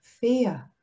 fear